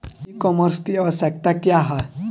ई कॉमर्स की आवशयक्ता क्या है?